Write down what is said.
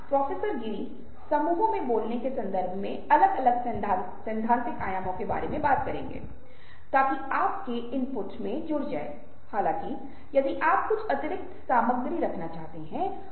अपने दोस्तों की भलाई की कामना करने के लिए कहा जाता है तब एक यह कहकर अभ्यास शुरू करता है कि मुझे खुश रहने दो मुझे अच्छा बनने दो मुझे स्वस्थ रहने दो सब कुछ और सभी तरह की चीजें मेरे साथ होगी